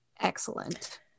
excellent